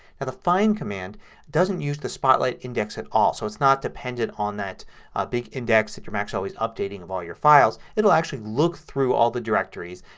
the find command doesn't use the spotlight index at all. so it's not dependent on that big index that your mac is always updating of all your files. it will actually look through all the directories,